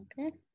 Okay